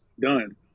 done